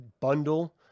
bundle